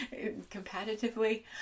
competitively